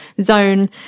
zone